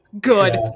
Good